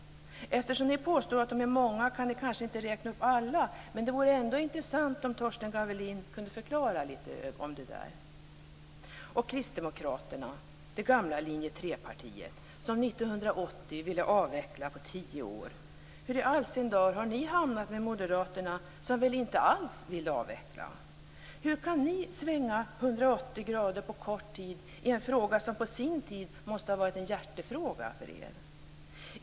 Eftersom ni påstår att de är många kan ni kanske inte räkna upp alla. Det vore ändå intressant om Torsten Gavelin litet grand kunde förklara detta. Och Kristdemokraterna - det gamla linje 3-partiet, som 1980 ville avveckla på tio år - hur i all sin dar har ni hamnat tillsammans med Moderaterna som väl inte alls vill avveckla? Hur kan ni svänga 180 grader på kort tid i en fråga som på sin tid måste ha varit en hjärtefråga för er?